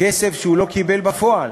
כסף שהוא לא קיבל בפועל.